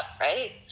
right